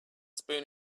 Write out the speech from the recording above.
spoon